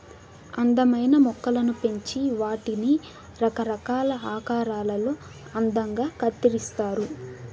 అందమైన మొక్కలను పెంచి వాటిని రకరకాల ఆకారాలలో అందంగా కత్తిరిస్తారు